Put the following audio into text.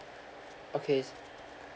okay